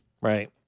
Right